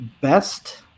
best